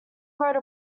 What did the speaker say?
wrote